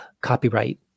copyright